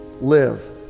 live